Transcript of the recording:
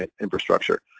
infrastructure